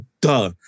duh